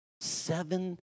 seven